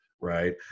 right